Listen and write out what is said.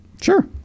Sure